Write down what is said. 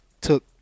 took